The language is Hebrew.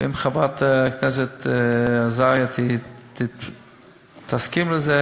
ואם חברת הכנסת עזריה תסכים לזה,